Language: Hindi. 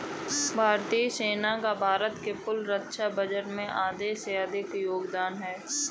भारतीय सेना का भारत के कुल रक्षा बजट में आधे से अधिक का योगदान है